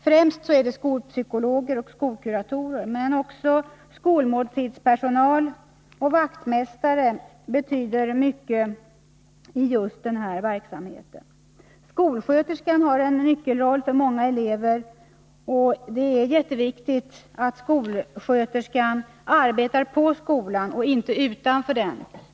Främst är det skolpsykologer och skolkuratorer. Men också skolmåltidspersonal och vaktmästare betyder mycket i just denna verksamhet. Skolsköterskan har en nyckelroll för många elever, och det är jätteviktigt att skolsköterskan arbetar på skolan och inte utanför den.